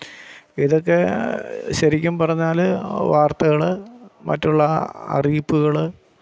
ഇതെക്കെ ശെരിക്കും പറഞ്ഞാല് വാര്ത്തകള് മറ്റുള്ള അറിയിപ്പുകള്